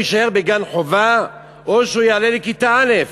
יישאר בגן-חובה או שהוא יעלה לכיתה א'.